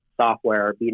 software